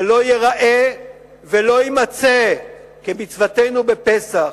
זה לא ייראה ולא יימצא, כמצוותנו בפסח,